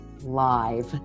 Live